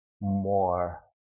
more